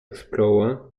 explorer